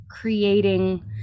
creating